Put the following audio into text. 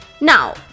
Now